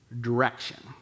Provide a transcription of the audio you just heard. direction